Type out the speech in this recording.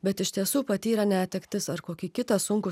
bet iš tiesų patyrę netektis ar kokį kitą sunkų